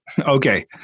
Okay